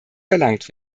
verlangt